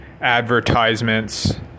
advertisements